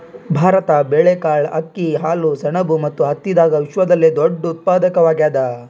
ಭಾರತ ಬೇಳೆಕಾಳ್, ಅಕ್ಕಿ, ಹಾಲು, ಸೆಣಬು ಮತ್ತು ಹತ್ತಿದಾಗ ವಿಶ್ವದಲ್ಲೆ ದೊಡ್ಡ ಉತ್ಪಾದಕವಾಗ್ಯಾದ